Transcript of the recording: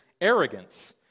arrogance